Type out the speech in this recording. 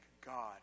God